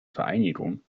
vereinigung